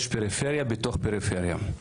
יש פריפריה בתוך פריפריה.